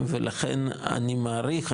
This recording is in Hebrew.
ולכן אני מעריך,